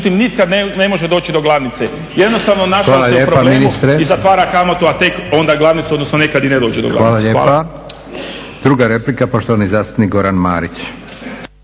Hvala lijepo ministre. Hvala lijepa. Druga replika, poštovani zastupnik Goran Marić.